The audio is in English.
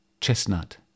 Chestnut